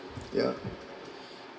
yeah